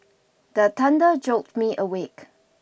the thunder jolt me awake